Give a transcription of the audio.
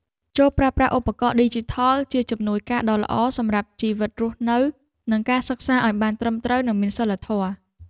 ចូរប្រើប្រាស់ឧបករណ៍ឌីជីថលជាជំនួយការដ៏ល្អសម្រាប់ជីវិតរស់នៅនិងការសិក្សាឱ្យបានត្រឹមត្រូវនិងមានសីលធម៌។